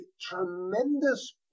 tremendous